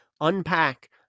unpack